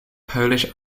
polish